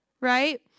right